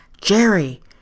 Jerry